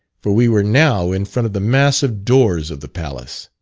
for we were now in front of the massive doors of the palace,